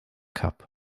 cup